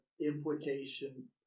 implication